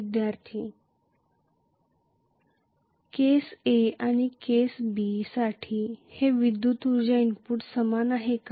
विद्यार्थीः केस अ आणि केस बी साठी हे विद्युत उर्जा इनपुट समान आहे का